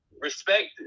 Respect